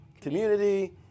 community